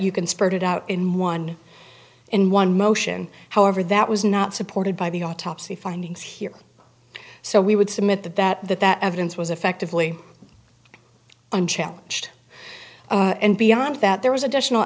you can spread it out in one in one motion however that was not supported by the autopsy findings here so we would submit that that that that evidence was effectively i'm challenged and beyond that there was additional